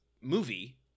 movie